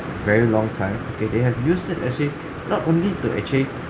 very long time okay they have used it as a not only to actually